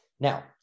Now